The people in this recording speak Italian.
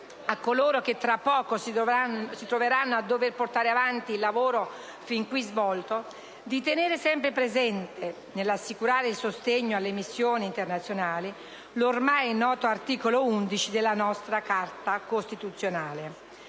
a coloro che tra poco si troveranno a dover portare avanti il lavoro fin qui svolto di tenere sempre presente, nell'assicurare il sostegno alle missioni internazionali, l'ormai noto articolo 11 della nostra Carta costituzionale.